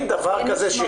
אין דבר כזה.